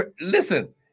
Listen